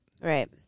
Right